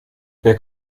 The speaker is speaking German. wer